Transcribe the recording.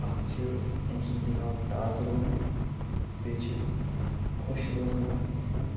اَکھ چھِ أمۍ سُنٛد دٮ۪ماغ تازٕ روزان بیٚیہِ چھِ خۄش روزان اَکھ اِنسان